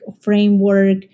framework